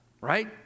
Right